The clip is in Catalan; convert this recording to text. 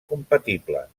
compatibles